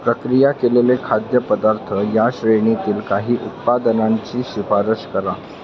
प्रक्रिया केलेले खाद्यपदार्थ या श्रेणीतील काही उत्पादनांची शिफारस करा